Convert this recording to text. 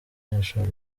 banyeshuri